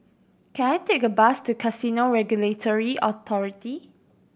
can I take a bus to Casino Regulatory Authority